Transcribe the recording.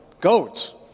goats